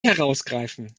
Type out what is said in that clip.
herausgreifen